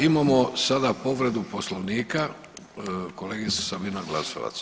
Imamo sada povredu Poslovnika kolegica Sabina Glasovac.